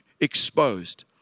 exposed